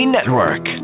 Network